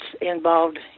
involved